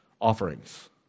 offerings